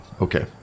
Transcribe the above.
okay